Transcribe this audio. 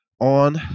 on